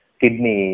kidney